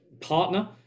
partner